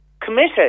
committed